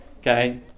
okay